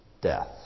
death